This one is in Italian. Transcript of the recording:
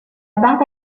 data